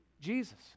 Jesus